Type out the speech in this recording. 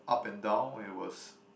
up and down it was